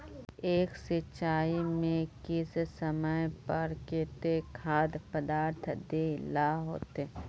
एक सिंचाई में किस समय पर केते खाद पदार्थ दे ला होते?